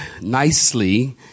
nicely